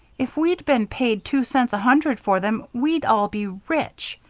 if we'd been paid two cents a hundred for them, we'd all be rich.